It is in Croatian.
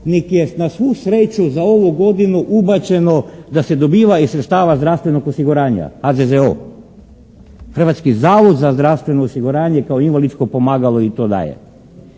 nego je na svu sreću za ovu godinu ubačeno da se dobiva iz sredstava zdravstvenog osiguranja HZZO, Hrvatski zavod za zdravstveno osiguranje kao invalidsko pomagalo i to daje.